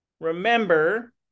remember